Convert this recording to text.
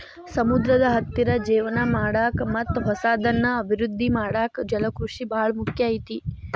ಸಮುದ್ರದ ಹತ್ತಿರ ಜೇವನ ಮಾಡಾಕ ಮತ್ತ್ ಹೊಸದನ್ನ ಅಭಿವೃದ್ದಿ ಮಾಡಾಕ ಜಲಕೃಷಿ ಬಾಳ ಮುಖ್ಯ ಐತಿ